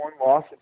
loss